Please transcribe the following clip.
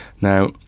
now